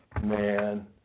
man